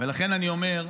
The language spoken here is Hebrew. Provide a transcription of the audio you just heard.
לכן, אני אומר: